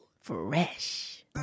Fresh